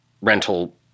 rental